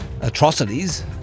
atrocities